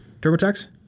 TurboTax